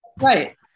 Right